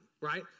right